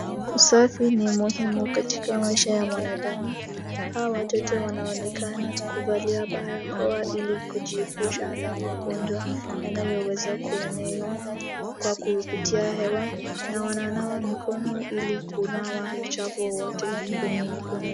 Usafi ni muhimu katika maisha ya mwanadamu, hawa watoto wanaonekana kuvalia barakoa ili kujiepusha na magonjwa yanayoweza kuenea kwa kupitia hewa na wananawa mikono ili kunawa uchafu wowote kwenye mikono.